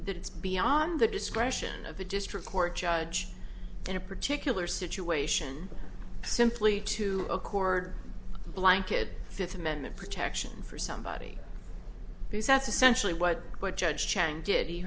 that it's beyond the discretion of a district court judge in a particular situation simply to accord a blanket fifth amendment protection for somebody whose that's essentially what what judge chang did he